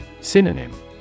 Synonym